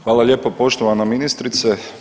Hvala lijepo poštovana ministrice.